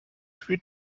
für